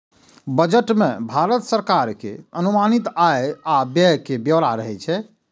budget मे भारत सरकार के अनुमानित आय आ व्यय के ब्यौरा रहै छै